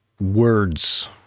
words